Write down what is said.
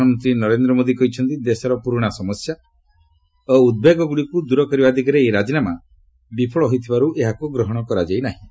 ପ୍ରଧାନମନ୍ତ୍ରୀ ନରେନ୍ଦ୍ର ମୋଦି କହିଛନ୍ତି ଦେଶର ପୁରୁଣା ସମସ୍ୟା ଓ ଉଦ୍ବେଗଗୁଡ଼ିକୁ ଦୂର କରିବା ପାଇଁ ଏହି ରାଜିନାମା ବିଫଳ ହୋଇଥିବାରୁ ଏହାକୁ ଗ୍ରହଣ କରାଯାଇନାହିଁ